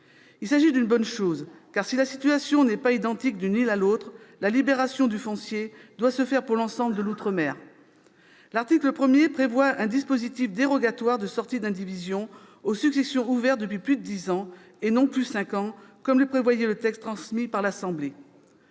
Il s'agit d'une bonne chose, car, si la situation n'est pas identique d'une île à l'autre, la libération du foncier doit se faire pour l'ensemble de l'outre-mer. L'article 1 prévoit un dispositif dérogatoire de sortie d'indivision aux successions ouvertes depuis plus de dix ans- et non plus cinq ans, comme le prévoyait le texte transmis par l'Assemblée.